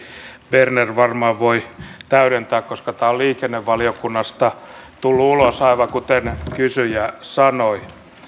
berner varmaan voi täydentää koska tämä on liikennevaliokunnasta tullut ulos aivan kuten kysyjä sanoi